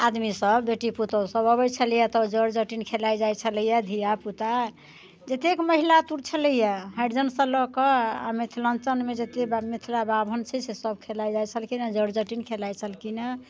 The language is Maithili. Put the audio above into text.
आदमी सभ बेटी पुतौहु सभ अबैत छलैया तऽ जट जटिन खेलाइत जाइत छलैया धिआ पुता जतेक महिलातुर छलैया हरिजन से लऽकऽ आ मिथिलाञ्चलमे जतेक मिथिला बाभन छै से सभ खेलाइत जाइत छलखिन हँ जट जटिन खेलाइत छलखिन हँ